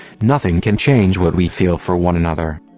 nothing can change what we feel for one another.